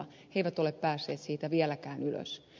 he eivät ole päässeet siitä vieläkään ylös